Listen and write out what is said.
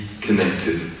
connected